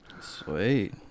sweet